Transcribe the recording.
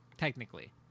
Technically